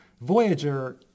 Voyager